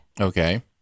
Okay